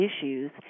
issues